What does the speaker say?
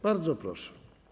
Bardzo proszę.